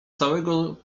całego